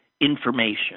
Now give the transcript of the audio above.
information